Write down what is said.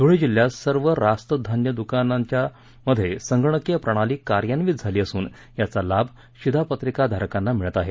धुळे जिल्ह्यात सर्व रास्त दर धान्य दुकानांमध्ये संगणकीय प्रणाली कार्यान्वित झाली असून याचा लाभ शिधापत्रिकाधारकांना मिळत आहे